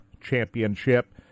championship